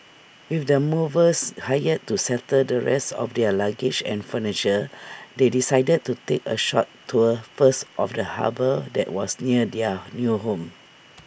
with the movers hired to settle the rest of their luggage and furniture they decided to take A short tour first of the harbour that was near their new home